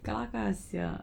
kelakar sia